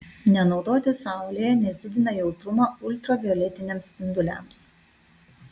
nenaudoti saulėje nes didina jautrumą ultravioletiniams spinduliams